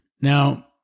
Now